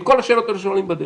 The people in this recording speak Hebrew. את כל השאלות האלה שואלים בדרך.